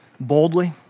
boldly